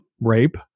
rape